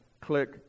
click